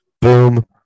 boom